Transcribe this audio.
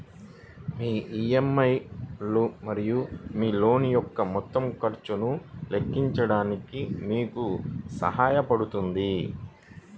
మీ EMI లు మరియు మీ లోన్ యొక్క మొత్తం ఖర్చును లెక్కించడానికి మీకు సహాయపడుతుంది